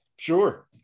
Sure